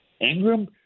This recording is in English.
Ingram